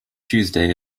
tuesday